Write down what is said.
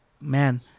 man